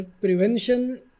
Prevention